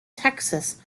texas